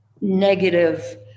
negative